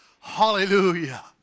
Hallelujah